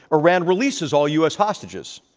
iran releases all u. s. hostages.